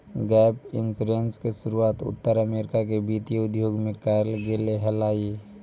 gap insurance के शुरुआत उत्तर अमेरिका के वित्तीय उद्योग में करल गेले हलाई